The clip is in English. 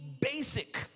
basic